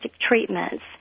treatments